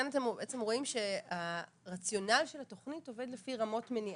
אתם רואים שהרציונל של התוכנית עובד לפי רמות מניעה,